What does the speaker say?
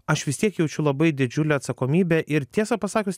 aš vis tiek jaučiu labai didžiulę atsakomybę ir tiesą pasakius